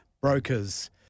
brokers